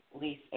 lease